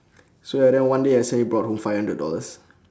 so and then one day I suddenly brought home five hundred dollars